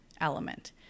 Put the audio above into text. element